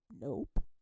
Nope